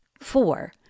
Four